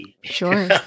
Sure